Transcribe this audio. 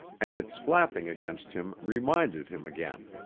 and its flapping against him reminded him again.